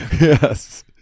Yes